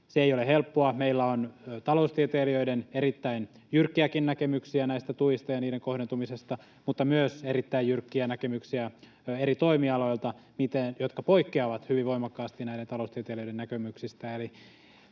Se ei ole helppoa: Meillä on taloustieteilijöiden erittäin jyrkkiäkin näkemyksiä näistä tuista ja niiden kohdentumisesta mutta myös erittäin jyrkkiä näkemyksiä eri toimialoilta, jotka poikkeavat hyvin voimakkaasti näiden taloustieteilijöiden näkemyksistä.